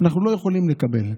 אנחנו לא יכולים לקבל.